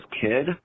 kid